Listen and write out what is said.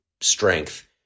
strength